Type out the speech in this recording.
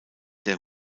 der